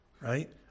right